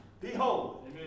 Behold